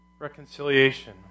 reconciliation